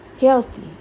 healthy